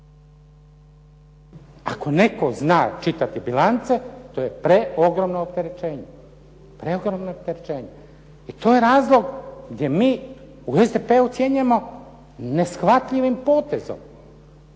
Ako netko zna čitati bilance to je preogromno opterećenje. I to je razlog gdje mi u SDP-u ocjenjujemo neshvatljivim potezom.